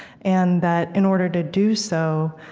and that, in order to do so,